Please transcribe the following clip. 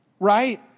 right